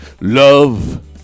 Love